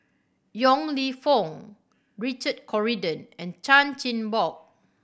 Yong Lew Foong Richard Corridon and Chan Chin Bock